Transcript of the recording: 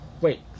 Wait